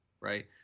right